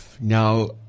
Now